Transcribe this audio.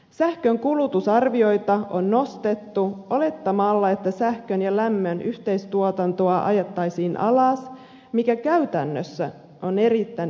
sähkönkulutusarvioita on nostettu olettamalla että sähkön ja lämmön yhteistuotantoa ajettaisiin alas mikä käytännössä on erittäin epärealistista